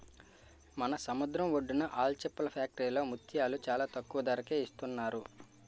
మన సముద్రం ఒడ్డున ఆల్చిప్పల ఫ్యాక్టరీలో ముత్యాలు చాలా తక్కువ ధరకే ఇస్తున్నారు